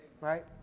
right